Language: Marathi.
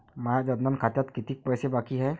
माया जनधन खात्यात कितीक पैसे बाकी हाय?